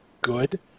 good